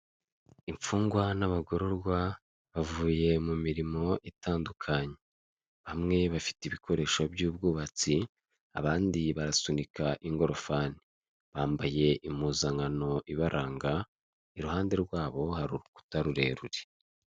Akayetajeri karimo ikinyobwa kiza gikorwa mu bikomoka ku mata, gifite icupa ribengerana rifite umufuniko w'umweru. Hejuru gato harimo n'ibindi binyobwa bitari kugaragara neza.